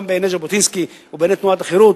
גם בעיני ז'בוטינסקי ובעיני תנועת החרות,